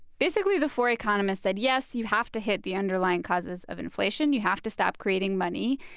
basically, the four economists said, yes, you have to hit the underlying causes of inflation. you have to stop creating money,